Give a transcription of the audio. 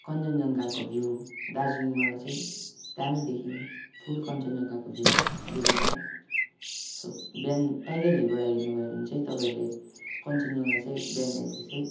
कञ्चनजङ्घाको भ्यू दार्जिलिङबाट चाहिँ दामी देखिन्छ फुल कञ्चनजङ्घाको भ्यू देखिन्छ सो बिहान टाइगर हिलबाट हेर्नु भयो भने चाहिँ तपाईँहरूले कञ्चनजङ्घा चाहिँ बिहान हेर्दा चाहिँ